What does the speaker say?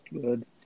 Good